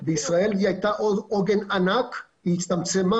בישראל היא הייתה עוגן ענק והיא הצטמצמה